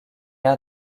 aire